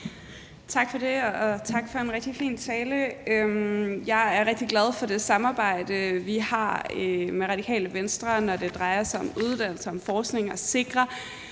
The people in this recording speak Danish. Tak for det. Og tak for en rigtig fin tale. Jeg er rigtig glad for det samarbejde, vi har med Radikale Venstre, når det drejer sig om uddannelse, forskning og at sikre